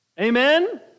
Amen